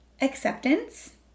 acceptance